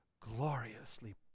gloriously